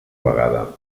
vegada